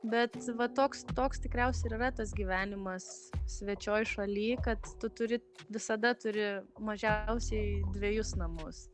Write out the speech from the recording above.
bet va toks toks tikriausiai ir yra tas gyvenimas svečioj šaly kad tu turi visada turi mažiausiai dvejus namus